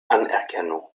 anerkennung